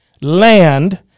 land